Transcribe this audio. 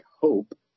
hope